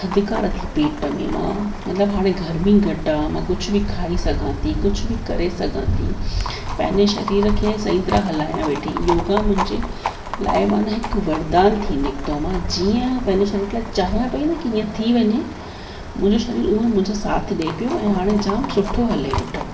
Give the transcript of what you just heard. थदिकार थी पेट में मां मतिलब हाणे गर्मी घटि आहे मां कुझु बि खाई सघां थी कुझु बि करे सघां थी पंहिंजे शरीर खे सही तरहं हलायां वेठी योगा मुंहिंजे लाइ मान हीअ वरदानु थी निकितो जीअं मां पंहिंजे शरीर लाइ जीअं चाहियां पई की ईंअ थी वञे मुंहिंजो शरीर हूअं मुंहिंजो साथ ॾिए पियो ऐं हाणे जाम सुठो हले वेठो